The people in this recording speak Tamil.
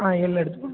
ஆ எல் எடுத்து கொடுங்க